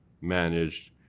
managed